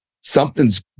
something's